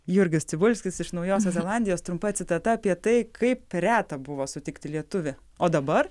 jurgis cibulskis iš naujosios zelandijos trumpa citata apie tai kaip reta buvo sutikti lietuvį o dabar